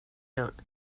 out